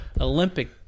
Olympic